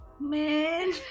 man